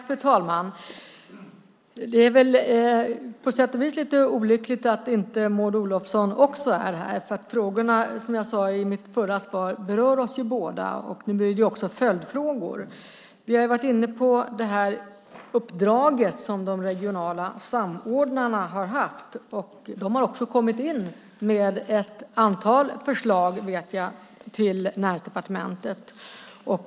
Fru talman! Det är på sätt och vis lite olyckligt att Maud Olofsson inte är här. Frågorna berör ju oss båda, som jag sade i mitt förra inlägg, och det blir följdfrågor. Vi har varit inne på det regionala uppdrag som de regionala samordnarna har haft, och de har också kommit in med ett antal förslag till Näringsdepartementet.